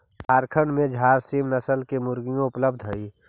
झारखण्ड में झारसीम नस्ल की मुर्गियाँ उपलब्ध हई